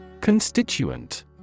Constituent